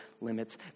limits